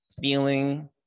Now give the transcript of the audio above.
feeling